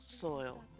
Soil